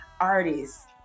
artists